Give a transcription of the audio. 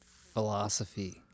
philosophy